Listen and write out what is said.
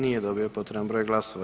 Nije dobio potreban broj glasova.